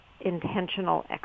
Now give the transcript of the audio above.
intentional